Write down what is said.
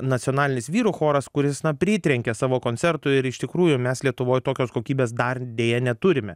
nacionalinis vyrų choras kuris na pritrenkia savo koncertu ir iš tikrųjų mes lietuvoj tokios kokybės dar deja neturime